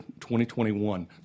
2021